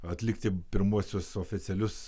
atlikti pirmuosius oficialius